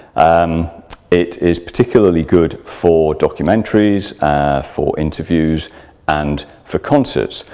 um it is particularly good for documentaries and for interviews and for concerts.